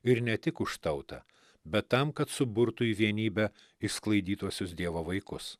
ir ne tik už tautą bet tam kad suburtų į vienybę išsklaidytuosius dievo vaikus